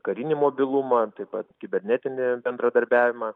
karinį mobilumą taip pat kibernetinį bendradarbiavimą